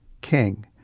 king